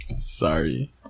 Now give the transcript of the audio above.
sorry